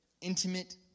intimate